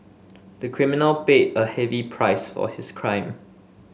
the criminal paid a heavy price for his crime